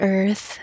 Earth